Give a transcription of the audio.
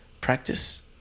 practice